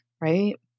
right